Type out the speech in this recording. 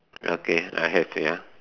okay I have ya